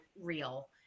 real